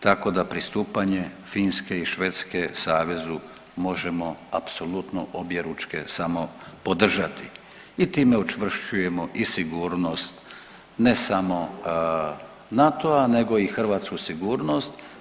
Tako da pristupanje Finske i Švedske savezu možemo apsolutno obje ručke samo podržati i time učvršćujemo i sigurnost ne samo NATO-a, nego i hrvatsku sigurnost.